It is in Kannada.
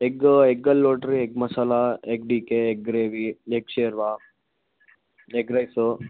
ಎಗ್ ಎಗ್ಗಲ್ಲಿ ನೋಡಿರಿ egg masala egg D K egg ರೇವಿ ಲೆಗ್ ಶೆರ್ವ ಲೆಗ್ ರೈಸು